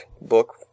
book